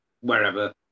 wherever